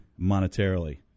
monetarily